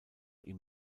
ihm